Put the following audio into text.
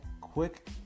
quick